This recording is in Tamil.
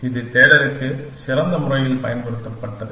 இது தேடலுக்கு சிறந்த முறையில் பயன்படுத்தப்பட்டது